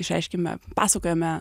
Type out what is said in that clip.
išreiškiame pasakojame